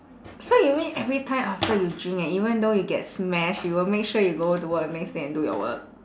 so you mean every time after you drink and even though you get smashed you will make sure you go to work next day and do your work